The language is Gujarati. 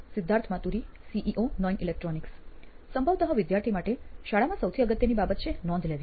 સિદ્ધાર્થ માતુરી સીઇઓ નોઇન ઇલેક્ટ્રોનિક્સ સંભવત વિદ્યાર્થી માટે શાળામાં સૌથી અગત્યની બાબત છે નોંધ લેવી